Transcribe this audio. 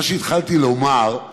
מה שהתחלתי לומר הוא